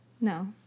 No